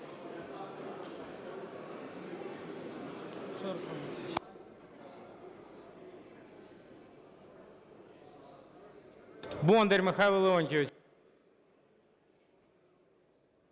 Бондар Михайло Леонтійович.